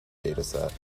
dataset